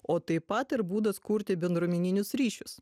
o taip pat ir būdas kurti bendruomeninius ryšius